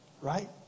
right